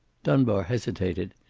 dunbar hesitated.